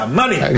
money